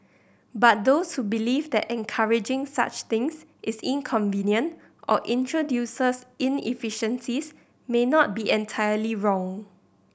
but those who believe that encouraging such things is inconvenient or introduces inefficiencies may not be entirely wrong